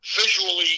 visually